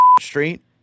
Street